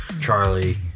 Charlie